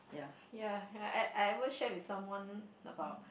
ya I I I ever share with someone about